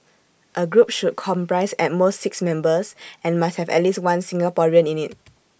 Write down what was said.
A group should comprise at most six members and must have at least one Singaporean in IT